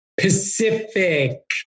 Pacific